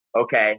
okay